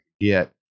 get